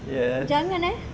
yes